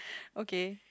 okay